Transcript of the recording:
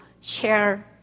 share